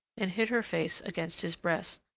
and hid her face against his breast.